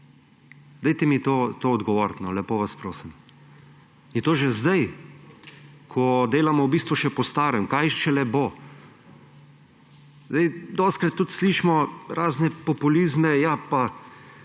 Na to mi odgovorite, lepo vas prosim. Je to že sedaj, ko delamo v bistvu še po starem, kaj šele bo. Dostikrat tudi slišimo razne populizme: ja, pa